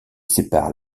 sépare